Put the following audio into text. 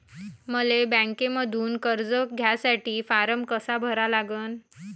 मले बँकेमंधून कर्ज घ्यासाठी फारम कसा भरा लागन?